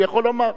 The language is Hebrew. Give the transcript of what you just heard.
הוא יכול לומר,